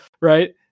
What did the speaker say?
right